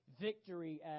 victory